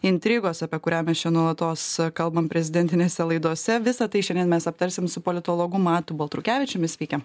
intrigos apie kurią mes čia nuolatos kalbam prezidentinėse laidose visa tai šiandien mes aptarsime su politologu matu baltrukevičiumi sveiki